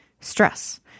stress